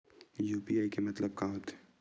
UPI के मतलब का होथे?